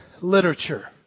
literature